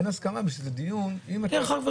אין הסכמה בגלל שזה דיון --- חברים,